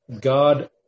God